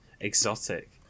exotic